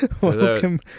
Welcome